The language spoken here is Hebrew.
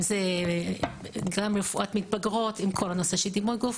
אם זה רפואת מתבגרות עם כל הנושא של דימוי גוף,